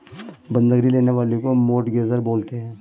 बंधक ऋण लेने वाले को मोर्टगेजेर बोलते हैं